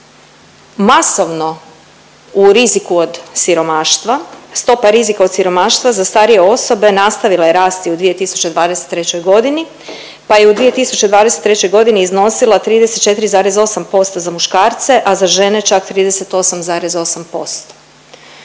masovno u riziku od siromaštva, stopa rizika od siromaštva za starije osobe nastavila je rasti u 2023. godini, pa je u 2023. godini iznosila 34,8% za muškarce, a za žene čak 38,8%.